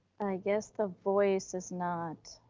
guess the voice is not,